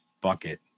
bucket